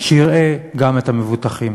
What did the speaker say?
יראה גם את המבוטחים.